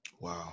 Wow